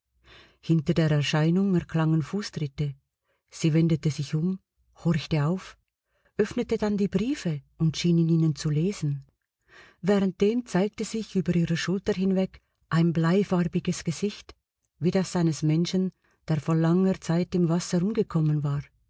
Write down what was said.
hinter der erscheinung erklangen fußtritte sie wendete sich um horchte auf öffnete dann die briefe und schien in ihnen zu lesen währenddem zeigte sich über ihrer schulter hinweg ein bleifarbiges gesicht wie das eines menschen der vor langer zeit im wasser umgekommen war